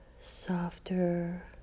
softer